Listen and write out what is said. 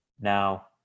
Now